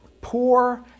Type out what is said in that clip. poor